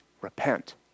Repent